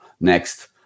next